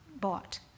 bought